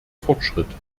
fortschritt